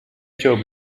job